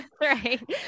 right